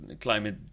climate